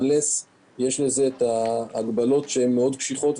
אלא אם יש לזה הגבלות מאוד קשיחות,